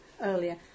earlier